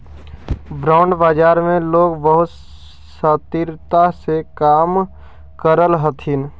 bond बाजार में लोग बहुत शातिरता से काम करऽ हथी